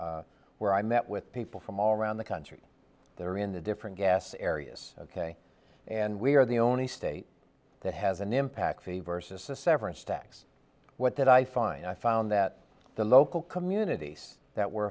where i met with people from all around the country there in the different gas areas ok and we are the only state to have an impact fee versus the severance tax what did i find i found that the local communities that were